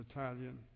Italian